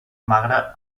magre